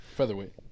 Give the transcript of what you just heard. Featherweight